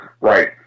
Right